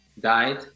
died